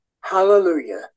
hallelujah